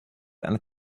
and